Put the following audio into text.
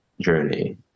journey